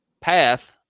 path